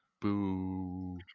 Boo